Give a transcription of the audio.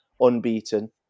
unbeaten